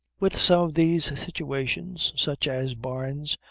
with some of these situations, such as barnes,